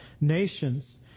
nations